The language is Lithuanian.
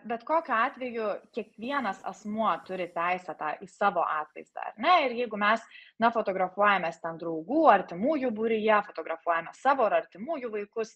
bet kokiu atveju kiekvienas asmuo turi teisę tą į savo atvaizdą ar ne ir jeigu mes na fotografuojamės ten draugų artimųjų būryje fotografuojame savo ar artimųjų vaikus